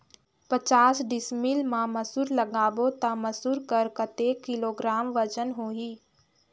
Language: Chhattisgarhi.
पचास डिसमिल मा मसुर लगाबो ता मसुर कर कतेक किलोग्राम वजन होही?